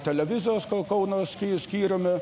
televizijos kau kauno sky skyriumi